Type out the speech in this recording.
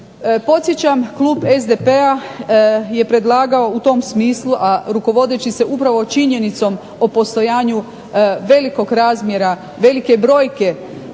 Podsjećam klub SDP-a je predlagao u tom smislu, a rukovodeći se upravo činjenicom o postojanju velikog razmjera velike brojke